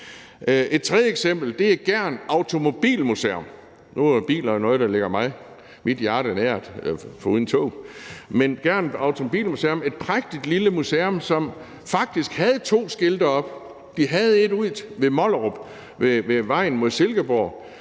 Et tredje eksempel er Jysk Automobilmuseum i Gjern. Nu er biler noget, der ligger mit hjerte nært – altså foruden tog. Men Gjern Automobilmuseum er et prægtigt lille museum, som faktisk havde to skilte oppe. De havde et ude ved Mollerup, ved vejen mod Silkeborg,